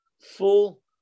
full